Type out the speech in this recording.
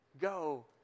Go